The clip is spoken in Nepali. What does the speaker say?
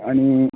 अनि